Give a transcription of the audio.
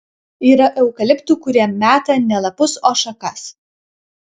yra eukaliptų kurie meta ne lapus o šakas